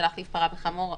זה להחליף פרה בחמור,